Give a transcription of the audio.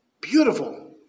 beautiful